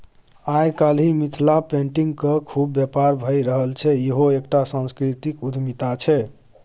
आय काल्हि मिथिला पेटिंगक खुब बेपार भए रहल छै इहो एकटा सांस्कृतिक उद्यमिता छै